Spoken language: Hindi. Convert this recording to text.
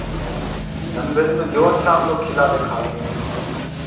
नॉन व्हेज में जो अच्छा आप लोग खिला दे खा लेंगे